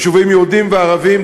יישובים יהודיים וערביים,